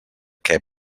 què